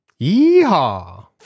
Yeehaw